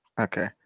Okay